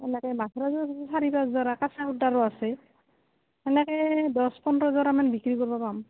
এনেকে মাছৰাজি চাৰি পাঁচযোৰা কেঁচা সূতাৰোঁ আছে সেনেকে দহ পোন্ধৰযাৰ মান বিক্ৰী কৰিব পাম